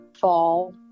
fall